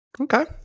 Okay